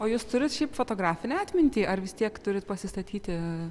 o jūs turit šiaip fotografinę atmintį ar vis tiek turit pasistatyti